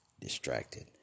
Distracted